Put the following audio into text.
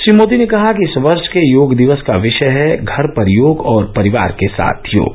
श्री मोदी ने कहा कि इस वर्ष के योग दिवस का विषय है घर पर योग और परिवार के साथ योग